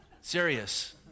serious